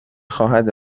خواهد